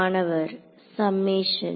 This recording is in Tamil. மாணவர் சம்மேஷன்